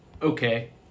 Okay